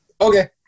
Okay